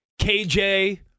KJ